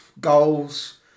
goals